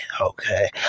Okay